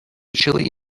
chilly